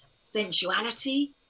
sensuality